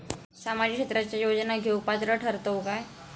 सामाजिक क्षेत्राच्या योजना घेवुक पात्र ठरतव काय?